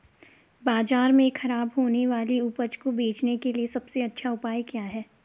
बाजार में खराब होने वाली उपज को बेचने के लिए सबसे अच्छा उपाय क्या हैं?